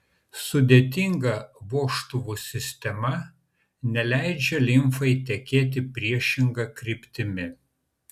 sudėtinga vožtuvų sistema neleidžia limfai tekėti priešinga kryptimi